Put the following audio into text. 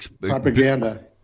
propaganda